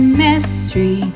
mystery